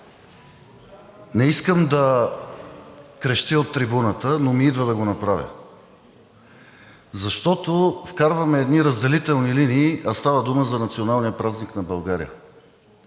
Не искам да крещя от трибуната, но ми идва го направя. Защото вкарваме едни разделителни линии, а става дума за националния празник на България.